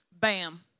Bam